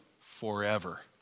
forever